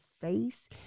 face